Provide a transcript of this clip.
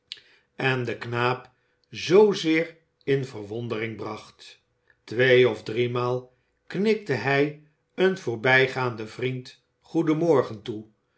en dat den knaap zoozeer in verwondering bracht twee of driemaal knikte hij een voorbijgaanden vriend goedenmorgen toe